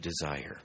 desire